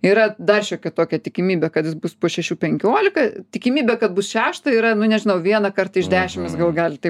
yra dar šiokia tokia tikimybė kad jis bus po šešių penkiolika tikimybė kad bus šeštą yra nu nežinau vieną karą iš dešim jis gal gali taip